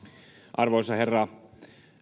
arvoisa herra